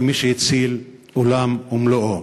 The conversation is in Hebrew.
כמי שהציל עולם ומלואו.